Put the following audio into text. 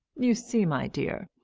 you see, my dear,